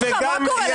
שמחה, מה קורה?